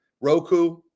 Roku